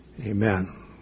Amen